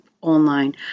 online